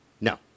No